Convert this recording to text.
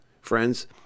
Friends